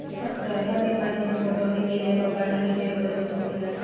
बरखा के पानी से पटौनी केइला पर पानी के ढेरे बचत होखेला